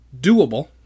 doable